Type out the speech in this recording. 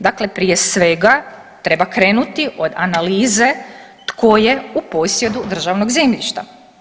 Dakle, prije svega treba krenuti od analize tko je u posjedu državnog zemljišta.